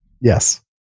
Yes